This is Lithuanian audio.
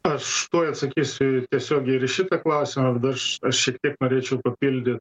aš tuoj atsakysiu tiesiogiai ir į šitą klausimą aš šiek tiek norėčiau papildyt